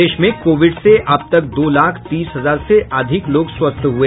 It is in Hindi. प्रदेश में कोविड से अब तक दो लाख तीस हजार से अधिक लोग स्वस्थ हुए